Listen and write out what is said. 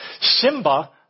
Simba